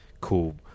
cool